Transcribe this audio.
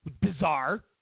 Bizarre